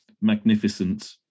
magnificent